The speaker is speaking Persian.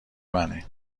منه